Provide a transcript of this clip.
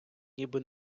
ніби